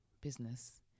business